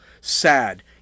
Sad